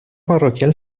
parroquial